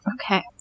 okay